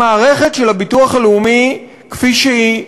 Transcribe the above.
המערכת של הביטוח הלאומי כפי שהיא